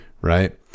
Right